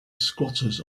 squatters